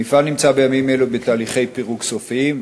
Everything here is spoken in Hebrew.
המפעל נמצא בימים אלו בתהליכי פירוק סופיים,